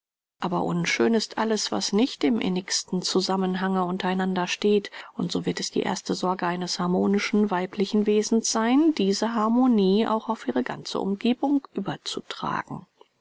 aber unschön ist alles was nicht im innigsten zusammenhange untereinander steht und so wird es die erste sorge eines harmonischen weiblichen wesens sein diese harmonie auch auf ihre ganze umgebung überzutragen